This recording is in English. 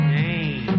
name